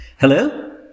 Hello